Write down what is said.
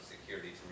security